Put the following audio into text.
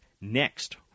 next